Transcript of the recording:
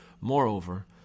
Moreover